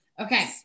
okay